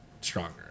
stronger